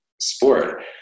sport